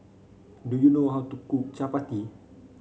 do you know how to cook Chapati